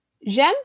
J'aime